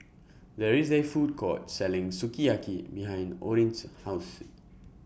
There IS A Food Court Selling Sukiyaki behind Orrin's House